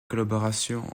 collaboration